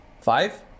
Five